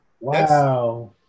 Wow